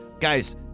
Guys